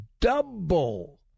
double